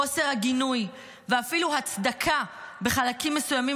חוסר הגינוי ואפילו ההצדקה בחלקים מסוימים